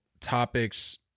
topics